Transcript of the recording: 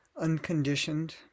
unconditioned